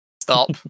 Stop